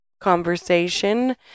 conversation